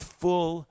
full